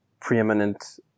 preeminent